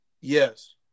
Yes